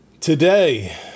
Today